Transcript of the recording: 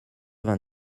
vingt